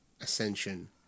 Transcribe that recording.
Ascension